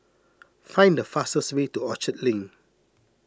find the fastest way to Orchard Link